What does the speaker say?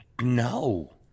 No